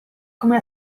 come